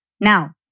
Now